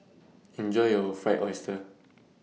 Enjoy your Fried Oyster